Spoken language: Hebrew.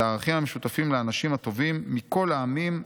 הערכים המשותפים לאנשים הטובים מכל העמים,